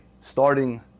starting